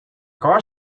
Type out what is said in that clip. car